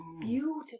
Beautiful